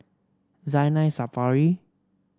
Zainal Sapari